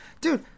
Dude